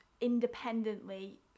independently